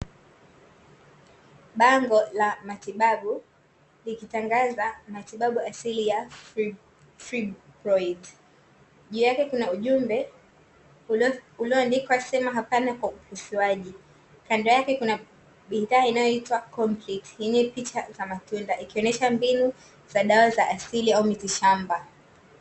Bango la matibabu likitangaza matibabu ya frebroids, juu yake kuna ujumbe ulioandikwa sema hapana kwa upasuaji. Kando yake kuna bidhaa inayoitwa complete yenye picha za matunda, ikionesha mbinu za dawa za asili au mitishamba.